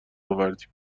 آوردیم